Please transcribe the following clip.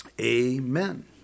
Amen